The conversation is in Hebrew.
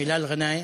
הילאל גנאים.